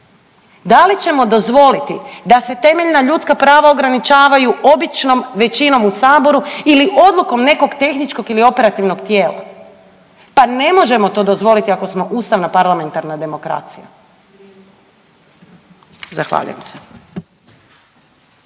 Da li ćemo dozvoliti da se temeljna ljudska prava ograničavaju običnom većinom u Saboru ili odlukom nekog tehničkog ili operativnog tijela? Pa ne možemo to dozvoliti ako smo ustavna parlamentarna demokracija. Zahvaljujem se.